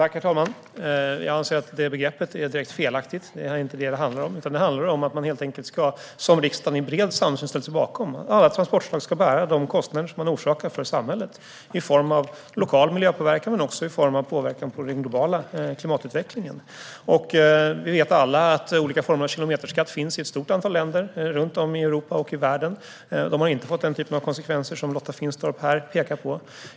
Herr talman! Jag anser att begreppet är direkt felaktigt. Det är inte vad det handlar om, utan det handlar det som riksdagen i bred samsyn har ställt sig bakom, nämligen att alla transportslag ska bära de kostnader de orsakar för samhället i form av lokal miljöpåverkan men också påverkan på den globala klimatutvecklingen. Vi vet alla att det finns olika former av kilometerskatt i ett stort antal länder runt om i Europa och världen. De har inte fått den typen av konsekvenser som Lotta Finstorp pekar på.